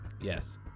Yes